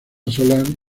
sol